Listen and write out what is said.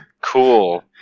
cool